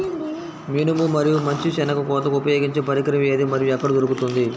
మినుము మరియు మంచి శెనగ కోతకు ఉపయోగించే పరికరం ఏది మరియు ఎక్కడ దొరుకుతుంది?